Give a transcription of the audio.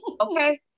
Okay